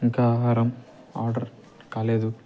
ఇంకా ఆహారం ఆర్డర్ కాలేదు